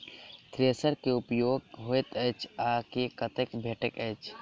Thresher केँ की उपयोग होइत अछि आ ई कतह भेटइत अछि?